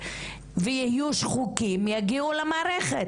ויהיו שחוקים - הם מי שיגיעו למערכת.